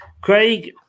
Craig